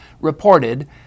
reported